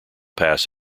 pass